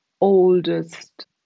oldest